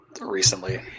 recently